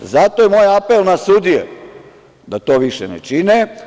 Zato je moj apel na sudije da to više ne čine.